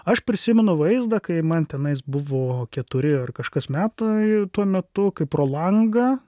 aš prisimenu vaizdą kai man tenais buvo keturi ar kažkas metai tuo metu kai pro langą